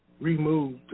removed